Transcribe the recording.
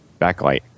backlight